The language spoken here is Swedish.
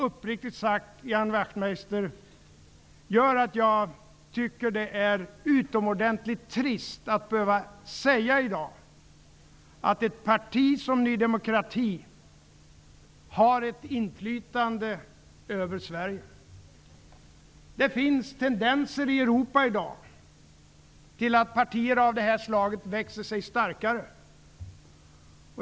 Uppriktigt sagt, Ian Wachtmeister, tycker jag att det är utomordentligt trist att i dag behöva säga att ett parti som Ny demokrati har ett inflytande över Sverige. Det finns tendenser i Europa i dag till att partier av det slaget växer sig starkare.